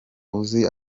uzi